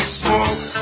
smoke